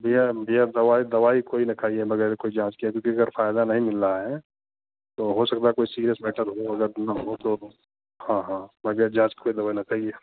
भैया भैया दवाई कोई भी न खाइए बगैर कोई जांच के जो है क्योंकि अगर फायदा नहीं मिल रहा है तो हो सकता है कोई सीरियल मैटर हुआ होगा वो ना हो तो हाँ हाँ बगैर जांच के कोई दवाई ना खाईए